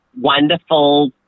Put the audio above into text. wonderful